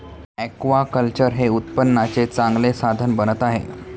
aquaculture हे उत्पन्नाचे चांगले साधन बनत आहे